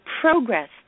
progress